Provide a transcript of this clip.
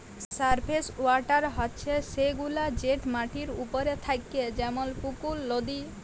surface water হছে সেগুলা যেট মাটির উপরে থ্যাকে যেমল পুকুর, লদী